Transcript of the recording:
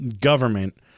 government